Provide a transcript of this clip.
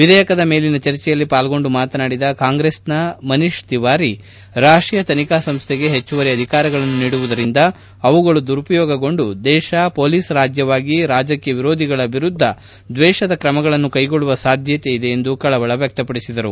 ವಿಧೇಯಕದ ಮೇಲಿನ ಚರ್ಚೆಯಲ್ಲಿ ಪಾಲ್ಗೊಂಡು ಮಾತನಾಡಿದ ಕಾಂಗ್ರೆಸ್ನ ಮನೀಶ್ ತಿವಾರಿ ರಾಷ್ಟೀಯ ತನಿಖಾ ಸಂಸ್ಥೆಗೆ ಹೆಚ್ಚುವರಿ ಅಧಿಕಾರಗಳನ್ನು ನೀಡುವುದರಿಂದ ಅವುಗಳು ದುರುಪಯೋಗಗೊಂಡು ದೇಶ ಪೊಲೀಸ್ ರಾಜ್ಯವಾಗಿ ರಾಜಕೀಯ ವಿರೋಧಿಗಳ ವಿರುದ್ಧ ದ್ವೇಷದ ಕ್ರಮಗಳನ್ನು ಕೈಗೊಳ್ಳುವ ಸಾಧ್ಯತೆ ಇದೆ ಎಂದು ಕಳವಳ ವ್ಯಕ್ತಪಡಿಸಿದರು